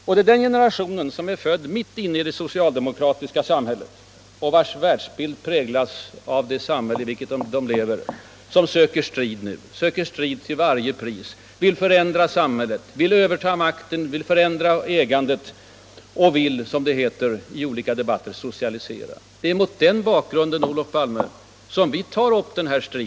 Det är denna generation som är född mitt inne i det socialdemokratiska samhället och vars världsbild präglas av det samhälle i vilket de lever, som nu söker strid nästan till varje pris, vill förändra samhället, vill överta makten, vill förändra ägandet och, som det heter i olika debatter, socialisera. Det är mot den bakgrunden, Olof Palme, som vi nu går till motanfall.